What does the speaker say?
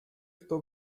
kto